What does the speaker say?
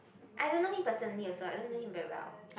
I don't know him personally also I don't know him very well